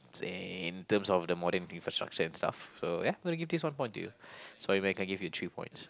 saying in terms of the modern infrastructure and stuff so ya I'm gonna give this one point to you sorry man I can't give you three points